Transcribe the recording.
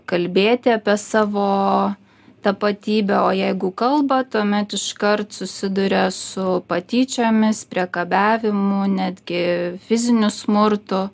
kalbėti apie savo tapatybę o jeigu kalba tuomet iškart susiduria su patyčiomis priekabiavimu netgi fiziniu smurtu